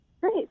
Great